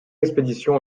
expéditions